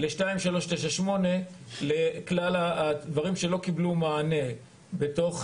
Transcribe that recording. ל-2398 לכלל הדברים שלא קיבלו מענה בתוך